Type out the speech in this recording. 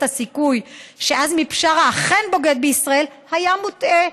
הסיכוי שעזמי בשארה אכן בוגד בישראל היה מוטעה,